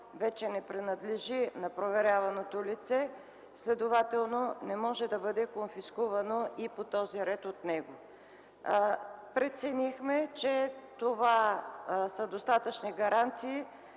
вече не принадлежи на проверяваното лице. Следователно не може да бъде конфискувано и по този ред от него. Преценихме, че това са достатъчни гаранции,